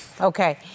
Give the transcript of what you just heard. Okay